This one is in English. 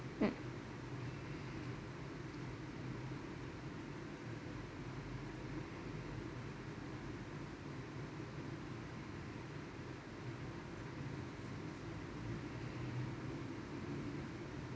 mm